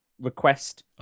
request